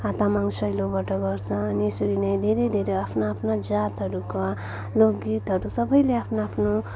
तामङ सेलोबाट गर्छ अनि यसरी नै धेरै धेरै आफ्ना आफ्ना जातहरूका लोकगीतहरू सबैले आफ्नो आफ्नो